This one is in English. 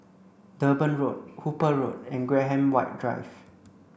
Durban Road Hooper Road and Graham White Drive